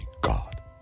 God